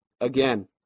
again